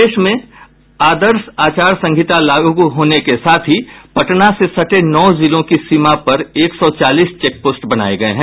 प्रदेश में आदर्श आचार संहिता लागू होते ही पटना से सटे नौ जिलों की सीमा पर एक सौ चालीस चेकपोस्ट बनाये गये हैं